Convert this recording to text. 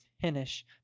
finish